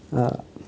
آ